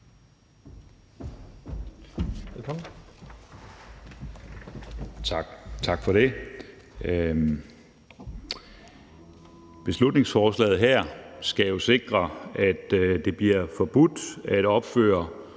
Tak for det. Beslutningsforslaget her skal jo sikre, at det bliver forbudt at opføre